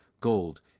gold